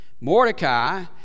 Mordecai